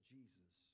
Jesus